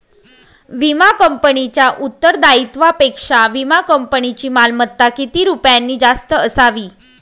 विमा कंपनीच्या उत्तरदायित्वापेक्षा विमा कंपनीची मालमत्ता किती रुपयांनी जास्त असावी?